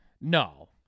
No